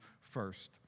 first